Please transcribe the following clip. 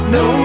no